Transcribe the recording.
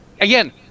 again